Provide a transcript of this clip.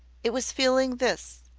it was feeling this,